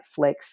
Netflix